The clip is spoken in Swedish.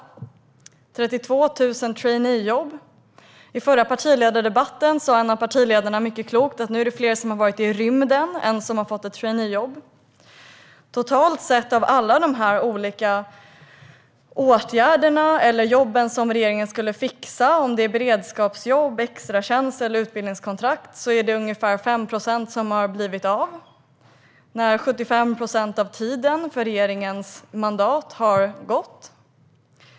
Det handlade om 32 000 traineejobb. I förra partiledardebatten sa en av partiledarna mycket klokt: Nu är det fler som har varit i rymden än som har fått ett traineejobb. Av alla dessa olika åtgärder eller jobb som regeringen skulle fixa - det gäller beredskapsjobb, extratjänster eller utbildningskontrakt - är det ungefär 5 procent som har blivit av när 75 procent av tiden för regeringens mandat har gått.